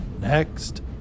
Next